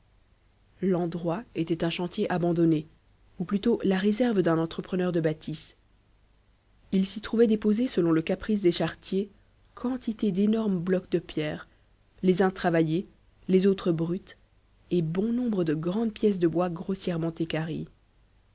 l'endroit était un chantier abandonné ou plutôt la réserve d'un entrepreneur de bâtisses il s'y trouvait déposés selon le caprice des charretiers quantité d'énormes blocs de pierre les uns travaillés les autres bruts et bon nombre de grandes pièces de bois grossièrement